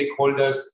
stakeholders